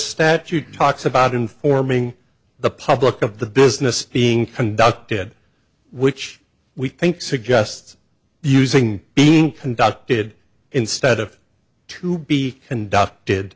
statute talks about informing the public of the business being conducted which we think suggests using being conducted instead of to be conducted